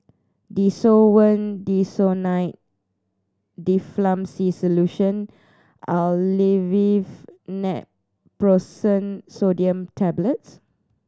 Desowen Desonide Difflam C Solution Aleve Naproxen Sodium Tablets